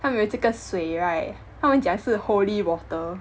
他们有这个水 right 他们讲是 holy water